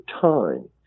time